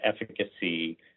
efficacy